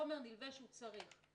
חומר נלווה שהוא צריך,